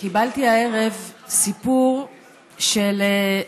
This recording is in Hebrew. קיבלתי הערב סיפור של,